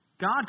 God